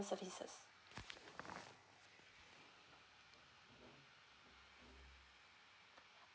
services